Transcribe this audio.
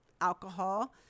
alcohol